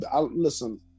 Listen